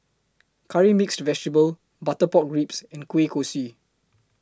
Curry Mixed Vegetable Butter Pork Ribs and Kueh Kosui